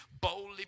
boldly